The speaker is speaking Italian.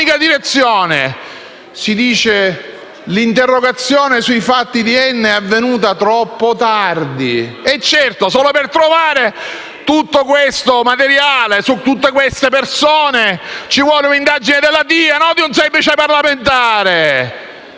direzione) che l'interrogazione sui fatti di Enna è stata presentata troppo tardi. Certo! Solo per trovare tutto questo materiale su tutte queste persone ci vuole un'indagine della DIA, non di un semplice parlamentare.